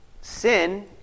sin